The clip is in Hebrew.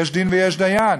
יש דין ויש דיין.